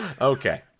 Okay